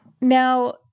Now